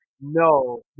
No